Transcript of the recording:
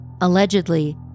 Allegedly